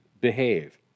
behave